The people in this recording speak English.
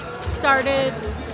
started